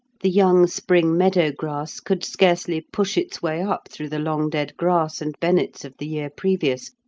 the young spring meadow-grass could scarcely push its way up through the long dead grass and bennets of the year previous,